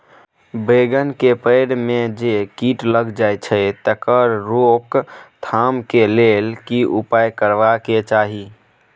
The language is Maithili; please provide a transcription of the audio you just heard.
बैंगन के पेड़ म जे कीट लग जाय छै तकर रोक थाम के लेल की उपाय करबा के चाही?